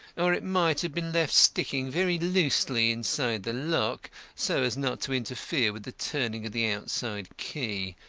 or it might have been left sticking very loosely inside the lock so as not to interfere with the turning of the outside key,